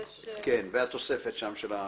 והתוספת.